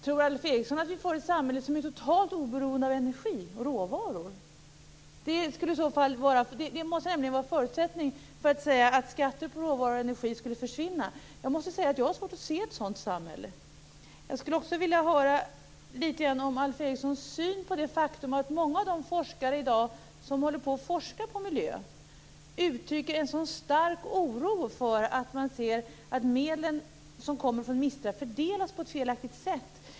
Tror Alf Eriksson att vi får ett samhälle som är totalt oberoende av energi och råvaror? Det måste nämligen vara förutsättningen för att säga att skatter på råvaror och energi skall försvinna. Jag måste säga att jag har svårt att se ett sådant samhälle. Jag skulle också vilja höra litet om Alf Erikssons syn på det faktum att många av forskarna på miljöområdet uttrycker en stark oro därför att de ser att medlen från MISTRA fördelas på ett felaktigt sätt.